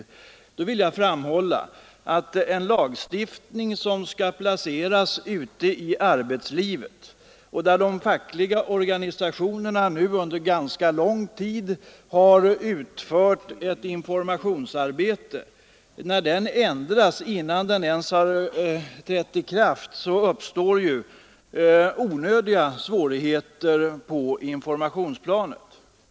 Jag vill då framhålla att detta är en lagstiftning som skall förankras ute i arbetslivet och att de fackliga organisationerna nu under ganska lång tid har informerat om den. När den ändras innan den ens har trätt i kraft uppstår onödiga svårigheter i informationshänseende.